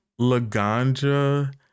Laganja